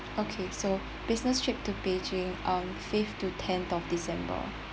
okay so business trip to beijing um fifth to tenth of december